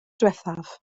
diwethaf